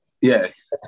Yes